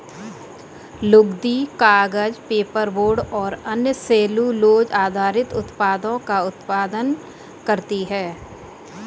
लुगदी, कागज, पेपरबोर्ड और अन्य सेलूलोज़ आधारित उत्पादों का उत्पादन करती हैं